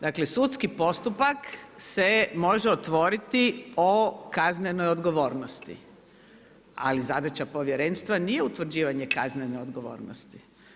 Dakle, sudski postupak se može otvoriti o kaznenoj odgovornosti, ali zadaća Povjerenstva nije utvrđivanje kaznene odgovornosti.